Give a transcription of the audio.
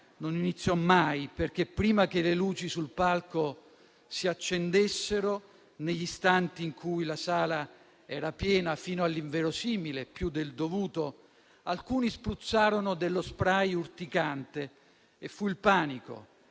non iniziò mai, perché, prima che si accendessero le luci sul palco, negli istanti in cui la sala era piena fino all'inverosimile, più del dovuto, qualcuno spruzzò dello spray urticante e fu il panico.